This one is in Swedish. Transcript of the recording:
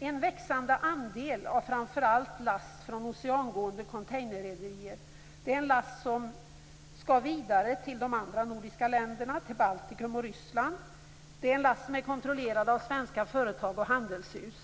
En växande andel av framför allt last från oceangående containerrederier är last som skall vidare till de andra nordiska länderna, Baltikum och Ryssland. Det är last som är kontrollerad av svenska företag och handelshus.